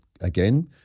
Again